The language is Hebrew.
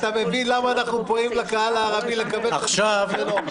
אתה מבין למה אנחנו פונים לקהל הערבי לקבל את התמיכה שלו?